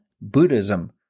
Buddhism